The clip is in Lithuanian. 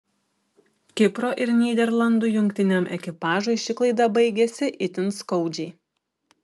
kipro ir nyderlandų jungtiniam ekipažui ši klaida baigėsi itin skaudžiai